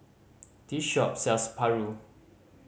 this shop sells paru